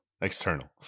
External